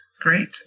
great